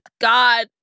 God